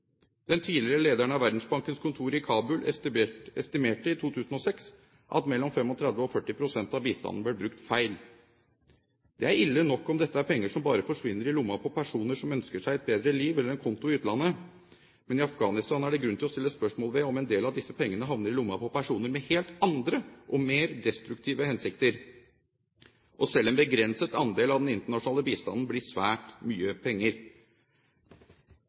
Den tidligere lederen av Verdensbankens kontor i Kabul estimerte i 2006 at 35 pst.– 40 pst. av bistanden ble brukt feil. Det er ille nok om dette er penger som bare forsvinner i lommen til personer som ønsker seg et bedre liv eller en konto i utlandet, men i Afghanistan er det grunn til å stille spørsmål ved om en del av disse pengene havner i lommen til personer med helt andre og mer destruktive hensikter. Selv en begrenset andel av den internasjonale bistanden blir svært mye penger.